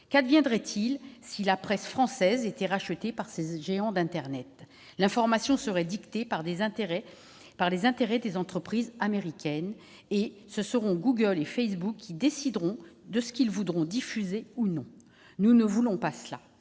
Qu'adviendrait-il, si la presse française était rachetée par ces géants d'internet ? L'information serait dictée par les intérêts des entreprises américaines, et ce sont Google et Facebook qui décideraient de ce qui serait ou non diffusé. Nous ne voulons pas cela.